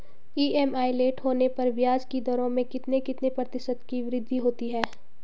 EMI late होने पर ब्याज की दरों में कितने कितने प्रतिशत की वृद्धि होती है?